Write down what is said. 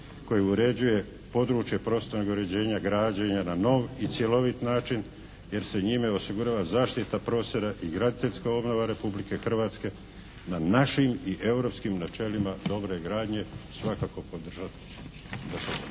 koji uređuje područje prostornog uređenja, građenja na nov i cjelovit način jer se njime osigurava zaštita prostora i graditeljska obnova Republike Hrvatske na našim i europskim načelima dobre gradnje svakako podržat